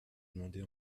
demander